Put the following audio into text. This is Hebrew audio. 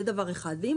יש